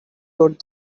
would